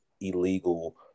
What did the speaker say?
illegal